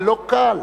זה לא קל.